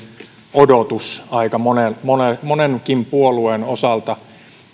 odotus aika monenkin puolueen osalta